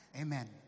Amen